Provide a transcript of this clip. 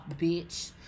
bitch